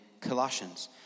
Colossians